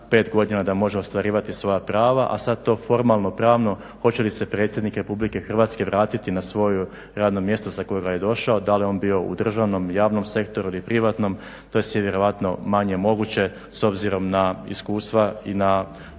pet godina da može ostvarivati svoja prava, a sad to formalno-pravno hoće li se predsjednik Republike Hrvatske vratiti na svoje radno mjesto sa kojega je došao, da li je on bio u državnom, javnom sektoru ili privatnom to je vjerojatno manje moguće s obzirom na iskustva i na